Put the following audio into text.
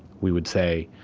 we would say,